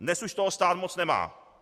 Dnes už toho stát moc nemá.